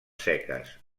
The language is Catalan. seques